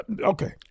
Okay